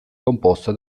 composta